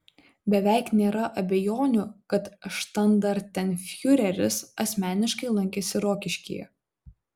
beveik nėra abejonių kad štandartenfiureris asmeniškai lankėsi rokiškyje